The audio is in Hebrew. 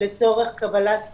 לצורך קבלת עדכון.